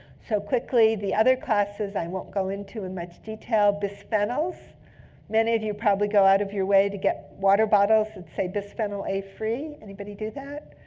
so quickly, the other classes i won't go into in much detail. bisphenols many of you probably go out of your way to get water bottles that say bisphenol a free. anybody do that?